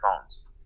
phones